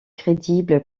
crédible